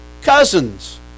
cousins